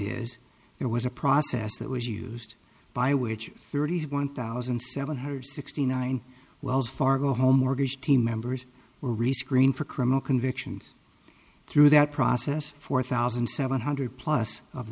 is there was a process that was used by which thirty one thousand seven hundred sixty nine wells fargo home mortgage team members were rescreened for criminal convictions through that process four thousand seven hundred plus of